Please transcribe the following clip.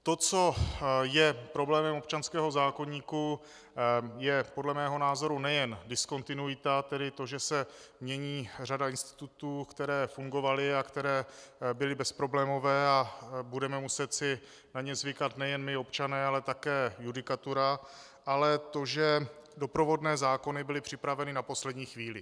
To, co je problémem občanského zákoníku, je podle mého názoru nejen diskontinuita, tedy to, že se mění řada institutů, které fungovaly a které byly bezproblémové, a budeme si muset na ně zvykat nejen my občané, ale také judikatura, ale to, že doprovodné zákony byly připraveny na poslední chvíli.